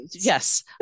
Yes